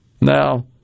Now